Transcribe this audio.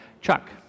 Chuck